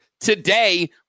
Today